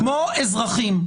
כמו אזרחים.